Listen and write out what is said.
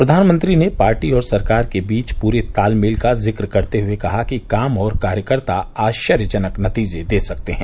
प्रधानमंत्री ने पार्टी और सरकार के बीच पूरे तालमेल का जिक्र करते हुए कहा कि काम और कार्यकर्ता आश्चर्यजनक नतीजे दे सकते हैं